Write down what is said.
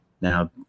Now